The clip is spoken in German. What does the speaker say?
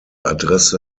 adresse